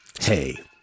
Hey